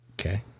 Okay